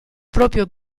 proprio